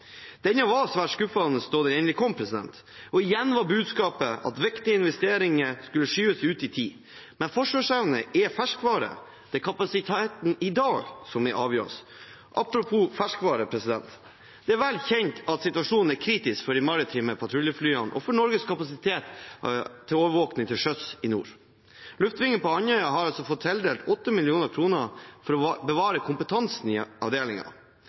var svært skuffende da den endelig kom, og igjen var budskapet at viktige investeringer skulle skyves ut i tid. Forsvarsevne er ferskvare – det er kapasiteten i dag som er avgjørende. Apropos ferskvare: Det er vel kjent at situasjonen er kritisk for de maritime patruljeflyene og for Norges kapasitet til overvåking til sjøs i nord. Luftving på Andøya har fått tildelt 8 mill. kr for å bevare kompetansen i